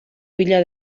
bila